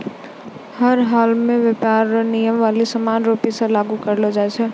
हर हालमे व्यापार रो नियमावली समान रूप से लागू करलो जाय छै